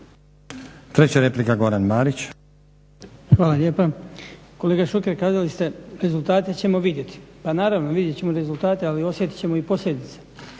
**Marić, Goran (HDZ)** Hvala lijepa. Kolega Šuker kazali ste rezultate ćemo vidjeti. Pa naravno vidjet ćemo rezultate, ali osjetit ćemo i posljedice.